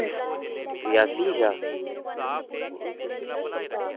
रियासी च आ